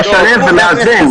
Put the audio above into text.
והיא באמת חוסמת.